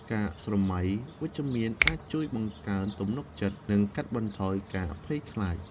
ការស្រមៃវិជ្ជមានអាចជួយបង្កើនទំនុកចិត្ត និងកាត់បន្ថយការភ័យខ្លាច។